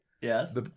Yes